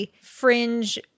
Fringe